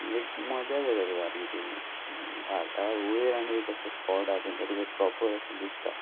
एक मजा येता सारकी घाटार वयर आनी एक असो स्पॉट आहा तुमकां तुका प्रोपर अशें दिसता